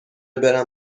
برم